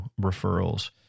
referrals